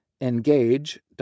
Engage